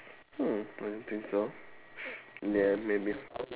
hmm I don't think so ya maybe